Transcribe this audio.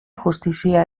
justizia